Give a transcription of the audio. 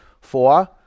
Four